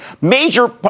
major